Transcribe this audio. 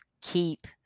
keep